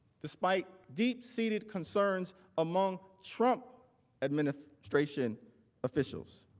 despite deep-seated concerns among trump administration officials.